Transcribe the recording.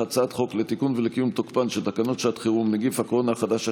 לתיקון ולקיום תוקפן של תקנות שעת חירום (נגיף הקורונה החדש,